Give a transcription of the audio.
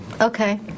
Okay